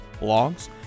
blogs